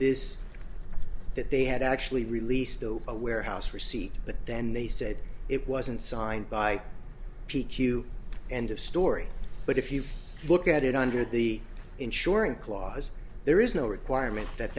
this that they had actually released to a warehouse receipt but then they said it wasn't signed by p q end of story but if you look at it under the ensuring clause there is no requirement that